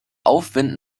aufwind